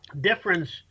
difference